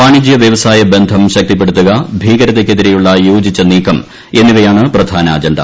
വാണിജ്യ വ്യവസായ ബന്ധം ശക്തിപ്പെടുത്തുക ഭീകരതയ്ക്കെതിരെയുള്ള യോജിച്ചു നീക്കം എന്നിവയാണ് പ്രധാന അജണ്ട